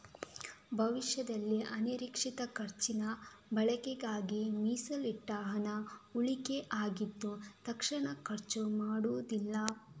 ಭವಿಷ್ಯದಲ್ಲಿ ಅನಿರೀಕ್ಷಿತ ಖರ್ಚಿನ ಬಳಕೆಗಾಗಿ ಮೀಸಲಿಟ್ಟ ಹಣ ಉಳಿಕೆ ಆಗಿದ್ದು ತಕ್ಷಣ ಖರ್ಚು ಮಾಡುದಿಲ್ಲ